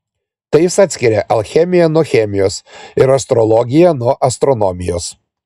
tai jis atskiria alchemiją nuo chemijos ir astrologiją nuo astronomijos